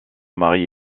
mari